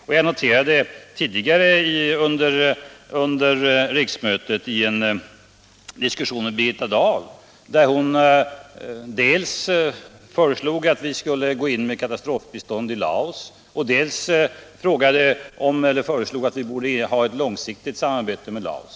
I en tidigare debatt under riksmötet förde jag en diskussion med Birgitta Dahl, där hon föreslog dels att vi skulle gå in med katastrofbistånd i Laos, dels ett långsiktigt samarbete med samma land.